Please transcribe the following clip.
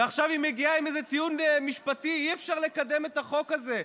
ועכשיו היא מגיעה עם איזה טיעון משפטי: אי-אפשר לקדם את החוק הזה,